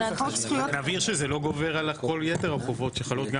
רק להבהיר שזה לא גובר על כל יתר החובות שחלות גם